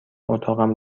اتاقم